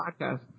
podcast